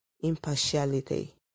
impartiality